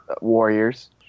Warriors